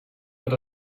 but